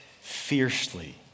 fiercely